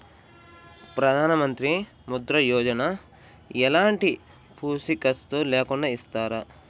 ప్రధానమంత్రి ముద్ర యోజన ఎలాంటి పూసికత్తు లేకుండా ఇస్తారా?